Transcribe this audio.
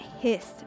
hissed